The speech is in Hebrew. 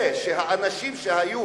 זה שהאנשים שהיו,